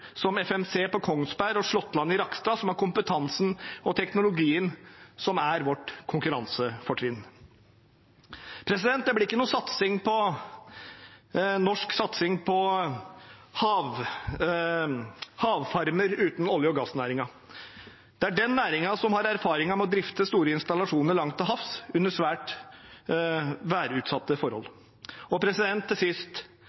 som FMC på Kongsberg og Slåttland i Rakkestad, som har kompetansen og teknologien som er vårt konkurransefortrinn. Det blir ingen norsk satsing på havfarmer uten olje- og gassnæringen. Det er den næringen som har erfaringen med å drifte store installasjoner langt til havs under svært værutsatte